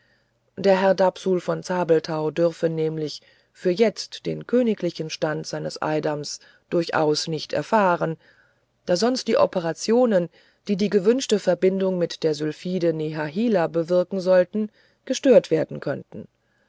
der herr dapsul von zabelthau dürfe nämlich für jetzt den königlichen stand seines eidams durchaus nicht erfahren da sonst die operationen die die gewünschte verbindung mit der sylphide nehahilah bewirken sollten gestört werden könnten